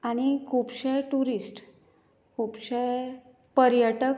आनी खुबशें ट्युरिस्ट खुबशें पर्यटक